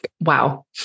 Wow